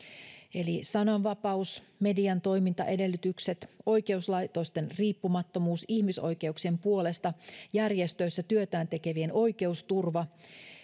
eli sananvapaus median toimintaedellytykset oikeuslaitosten riippumattomuus ihmisoikeuksien puolesta järjestöissä työtään tekevien oikeusturva